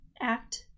Act